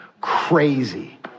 Crazy